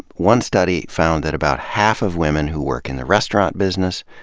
one study found that about half of women who work in the restaurant business,